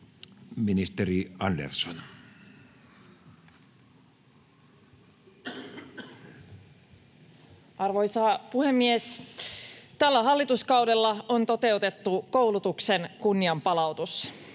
Content: Arvoisa puhemies! Tällä hallituskaudella on toteutettu koulutuksen kunnianpalautus.